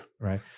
Right